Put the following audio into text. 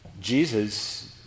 Jesus